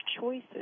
choices